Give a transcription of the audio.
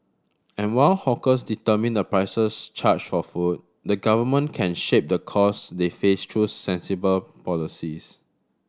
and while hawkers determine the prices charged for food the Government can shape the costs they face through sensible policies